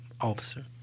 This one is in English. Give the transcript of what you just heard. officer